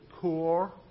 core